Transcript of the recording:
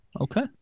okay